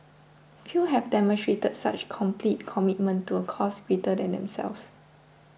few have demonstrated such complete commitment to a cause greater than themselves